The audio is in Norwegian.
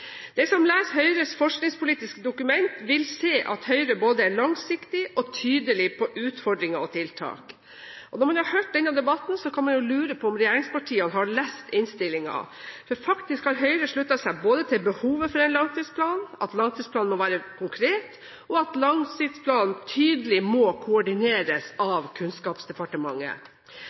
Den som leser Høyres forskningspolitiske dokument, vil se at Høyre er både langsiktig og tydelig på utfordringer og tiltak. Og når man har hørt denne debatten, kan man lure på om regjeringspartiene har lest innstillingen, for Høyre har faktisk sluttet seg til behovet for en langtidsplan, at langtidsplanen må være konkret, og at den tydelig må koordineres av Kunnskapsdepartementet.